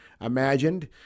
imagined